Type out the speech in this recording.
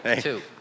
two